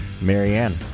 Marianne